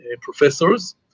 professors